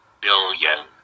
billion